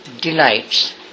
delights